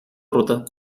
ruta